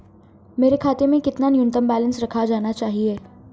मेरे खाते में कितना न्यूनतम बैलेंस रखा जाना चाहिए?